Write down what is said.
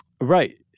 Right